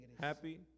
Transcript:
Happy